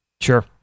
Sure